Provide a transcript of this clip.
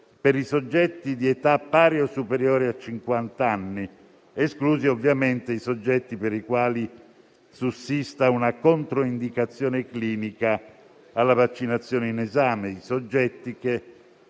per i soggetti di età pari o superiore a cinquanta anni, esclusi ovviamente i soggetti per i quali sussista una controindicazione clinica alla vaccinazione in esame e i soggetti che